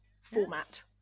format